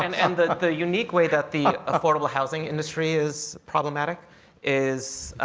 and and the the unique way that the affordable housing industry is problematic is